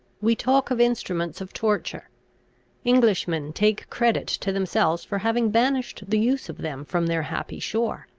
we talk of instruments of torture englishmen take credit to themselves for having banished the use of them from their happy shore!